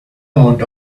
amount